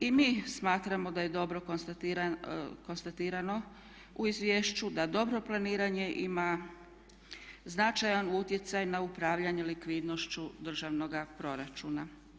I mi smatramo da je dobro konstatirano u izvješću da dobro planiranje ima značajan utjecaj na upravljanje likvidnošću državnoga proračuna.